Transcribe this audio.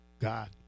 God